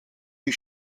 die